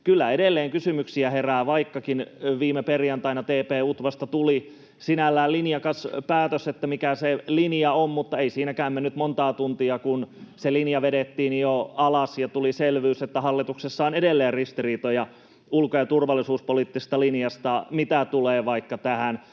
kyllä edelleen kysymyksiä herää, vaikkakin viime perjantaina TP-UTVAsta tuli sinällään linjakas päätös siitä, mikä se linja on. Mutta ei siinäkään mennyt monta tuntia, kun se linja vedettiin jo alas ja tuli selvyys, että hallituksessa on edelleen ristiriitoja ulko- ja turvallisuuspoliittisesta linjasta, mitä tulee vaikka tähän